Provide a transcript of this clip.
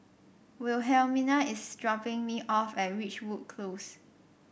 Wilhelmina is dropping me off at Ridgewood Close